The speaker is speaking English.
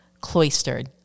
cloistered